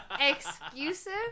Exclusive